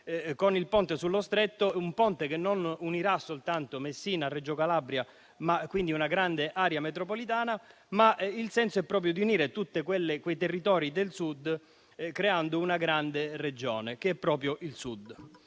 con il ponte sullo Stretto. Il ponte non unirà soltanto Messina a Reggio Calabria, cioè una grande area metropolitana, ma il senso è proprio quello di unire tutti i territori del Sud, creando una grande regione, che è proprio il Sud.